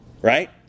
Right